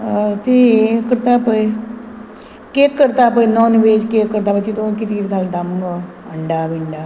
ती करता पळय केक करता पळय नॉन वेज केक करता पळय तितू कितें कितें घालता मुगो अंडा बिंडा